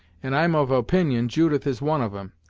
and i'm of opinion judith is one of em.